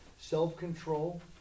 self-control